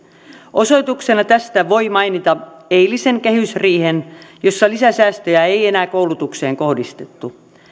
osoituksena tästä voi mainita eilisen kehysriihen jossa lisäsäästöjä ei enää koulutukseen kohdistettu